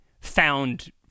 Found